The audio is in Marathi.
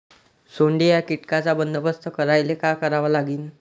सोंडे या कीटकांचा बंदोबस्त करायले का करावं लागीन?